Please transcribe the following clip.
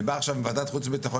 אני בא עכשיו מוועדת חוץ וביטחון,